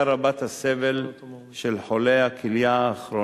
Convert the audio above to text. רבת הסבל של חולי הכליה הכרוניים.